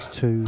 two